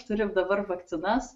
turim dabar vakcinas